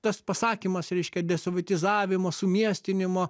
tas pasakymas reiškia desovietizavimo sumiestinimo